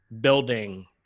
building